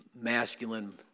masculine